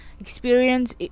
experience